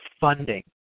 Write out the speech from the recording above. funding